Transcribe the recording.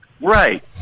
right